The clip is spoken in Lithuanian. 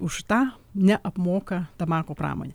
už tą neapmoka tabako pramonė